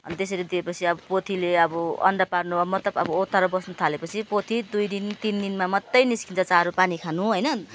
अनि त्यसरी दिए पछि अब पोथीले अब अन्डा पार्नु अब मतलब अब ओथ्रा बस्नु थाले पछि पोथी दुई दिन तिन दिनमा मात्र निस्कन्छ चारो पानी खानु होइन